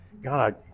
God